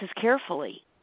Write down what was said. carefully